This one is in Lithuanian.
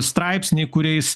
straipsniai kuriais